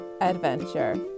adventure